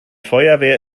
feuerwehr